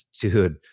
dude